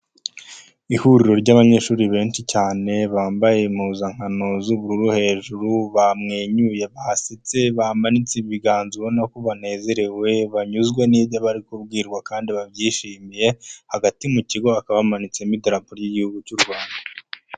Ihuriro ry'abanyeshuri benshi cyane bambaye impuzangano z'ubururu hejuru. Bamwenyuye, basetse, bamanitse ibiganza ubona ko banezerewe, banyuzwe n'ibyo bari kubwirwa kandi babyishimiye, hagati mu kigo hakaba hamanitsemo idararapo ry'igihugu cy'u Rwanda.